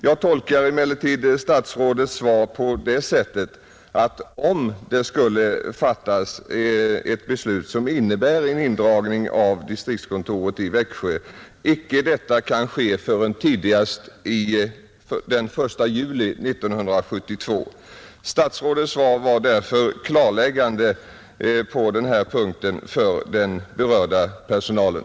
Jag tolkar statsrådets svar på det sättet att om det skulle fattas ett beslut som innebär indragning av distriktskontoret i Växjö, så kan detta icke ske förrän tidigast den 1 juli 1972. Statsrådets svar var därför klarläggande för den berörda personalen.